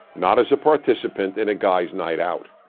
not as a participant in a guys' night out.